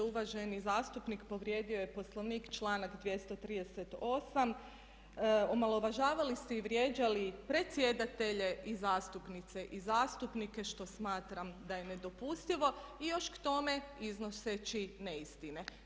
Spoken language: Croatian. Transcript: Uvaženi zastupnik povrijedio je Poslovnik članak 238., omalovažavali ste i vrijeđali predsjedatelje i zastupnice i zastupnike što smatram da je nedopustivo i još k tome iznoseći neistine.